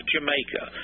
Jamaica